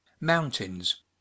mountains